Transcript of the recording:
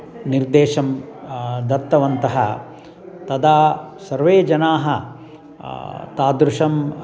निर्देशं दत्तवन्तः तदा सर्वे जनाः तादृशम्